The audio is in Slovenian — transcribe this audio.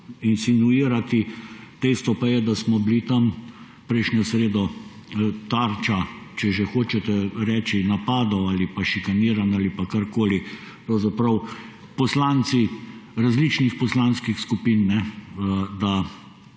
insinuirati, dejstvo pa je, da smo bili tam prejšnjo sredo tarča, če že hočete reči, napadov ali pa šikaniranj ali pa karkoli pravzaprav poslanci različnih poslanskih skupin, da